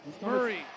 Murray